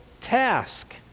task